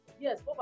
Yes